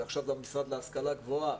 ועכשיו גם המשרד להשכלה גבוהה,